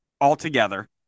altogether